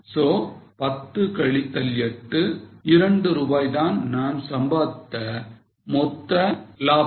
So 10 கழித்தல் 8 2 ரூபாய் தான் நான் சம்பாதித்த மொத்த லாபம்